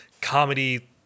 comedy